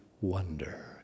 wonder